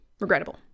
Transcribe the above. regrettable